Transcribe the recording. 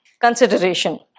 consideration